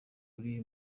kuri